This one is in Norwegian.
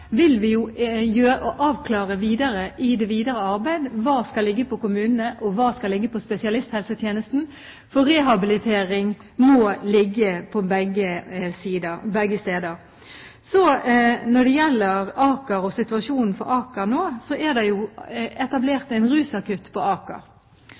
hva som skal ligge på kommunene, og hva som skal ligge på spesialisthelsetjenesten, vil vi avklare i det videre arbeidet, for rehabilitering må ligge på begge steder. Når det gjelder Aker og situasjonen for Aker nå, er det etablert en rusakutt på Aker. Det kunne jo